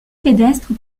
pédestres